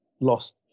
lost